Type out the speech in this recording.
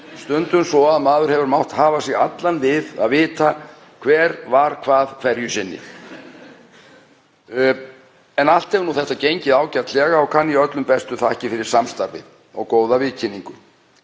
stundum svo að maður hefur mátt hafa sig allan við að vita hver var hvað hverju sinni. En allt hefur þetta gengið ágætlega og kann ég öllum bestu þakkir fyrir samstarfið og góða viðkynningu.